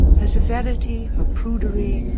her severity, her prudery,